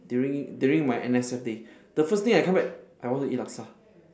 during during my N_S_F day the first thing I come back I want to eat laksa